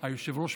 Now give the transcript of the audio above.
אדוני היושב-ראש,